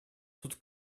тут